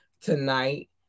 tonight